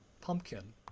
pumpkin